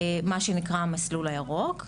מה שנקרא המסלול הירוק,